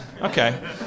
Okay